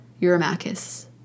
Eurymachus